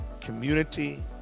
community